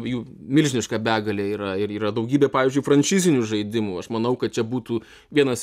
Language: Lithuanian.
jų milžiniška begalė yra ir yra daugybė pavyzdžiui franšizinių žaidimų aš manau kad čia būtų vienas